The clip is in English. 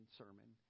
sermon